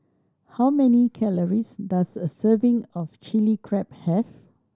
how many calories does a serving of Chilli Crab have